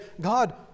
God